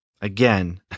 Again